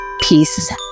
Peace